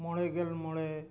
ᱢᱚᱬᱮᱜᱮᱞ ᱢᱚᱬᱮ